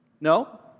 No